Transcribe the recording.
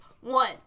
one